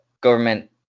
government